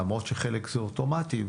למרות שחלק זה אוטומטי,